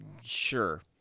Sure